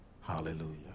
Hallelujah